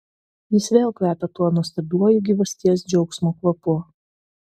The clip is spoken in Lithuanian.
jis vėl kvepia tuo nuostabiuoju gyvasties džiaugsmo kvapu